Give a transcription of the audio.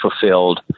fulfilled